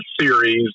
series